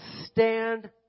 stand